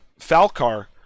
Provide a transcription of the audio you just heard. Falcar